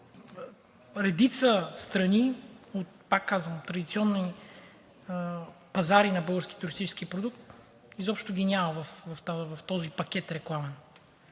редица страни, пак казвам, традиционни пазари на български туристически продукт, изобщо ги няма в този пакет реклама.